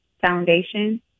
foundation